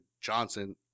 Johnson